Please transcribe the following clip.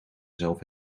zelf